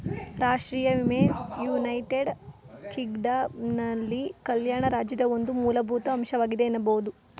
ರಾಷ್ಟ್ರೀಯ ವಿಮೆ ಯುನೈಟೆಡ್ ಕಿಂಗ್ಡಮ್ನಲ್ಲಿ ಕಲ್ಯಾಣ ರಾಜ್ಯದ ಒಂದು ಮೂಲಭೂತ ಅಂಶವಾಗಿದೆ ಎನ್ನಬಹುದು